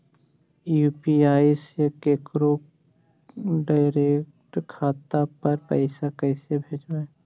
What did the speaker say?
UPI से केकरो direct खाता पर पैसा कैसे भेजबै?